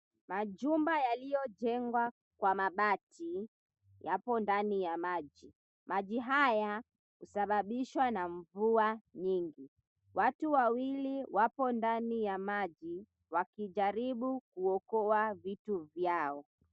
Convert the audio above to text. Majumba yaliyojengwa kwa mabati yapo ndani ya maji. Maji haya husababishwa na mvua nyingi. Watu wawili wapo ndani ya maji wakijaribu kuokoa vitu vyao.